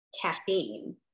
caffeine